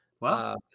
Wow